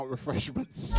refreshments